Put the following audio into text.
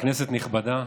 כנסת נכבדה,